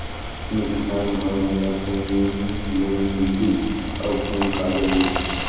मैं किसान हव मोला कौन लोन मिलही? अउ कौन कागज लगही?